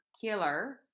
killer